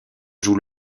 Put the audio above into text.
joue